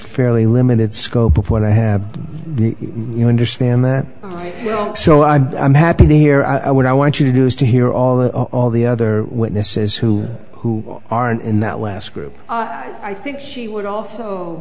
fairly limited scope of what i have you understand that you know so i'm i'm happy here i would i want you to do is to hear all the all the other witnesses who who aren't in that west group i think she would also